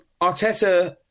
Arteta